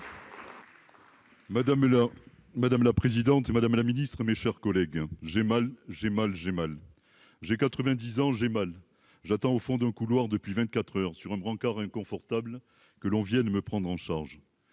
madame la présidente, madame la ministre, mes chers collègues, j'ai mal, j'ai mal, j'ai mal, j'ai 90 ans j'ai mal, j'attends au fond d'un couloir depuis 24 heures sur un brancard inconfortable que l'on Vienne me prendre en charge,